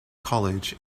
college